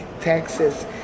Texas